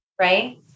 right